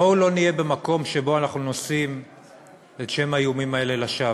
בואו לא נהיה במקום שבו אנחנו נושאים את שם האיומים האלה לשווא.